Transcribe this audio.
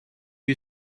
you